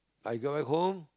I get back home